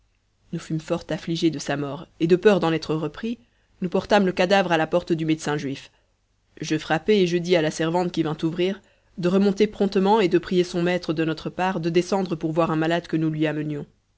nous fûmes fort affligés de sa mort et de peur d'en être repris nous portâmes le cadavre à la porte du médecin juif je frappai et je dis à la servante qui vint ouvrir de remonter promptement et de prier son maître de notre part de descendre pour voir un malade que nous lui amenions